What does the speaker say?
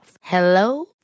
Hello